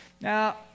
Now